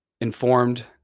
informed